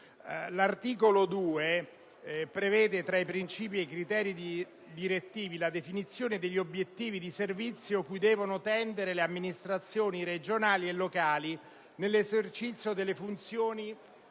*f)*, prevede, tra i principi e i criteri direttivi, la definizione degli obiettivi di servizio cui devono tendere le amministrazioni regionali e locali nell'esercizio delle funzioni